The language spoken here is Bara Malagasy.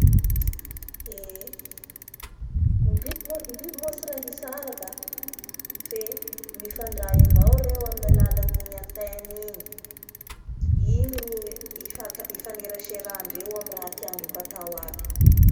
Ny bib-ny biby moa tsy rah hitsara ka fe mifandray avao reo amin'ny alalan'igny enteigny igny, igny ro ifank-ifaneraserandreo amin'ny raha tiandreo hatao aby.